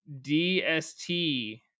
DST